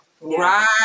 right